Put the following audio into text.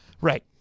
Right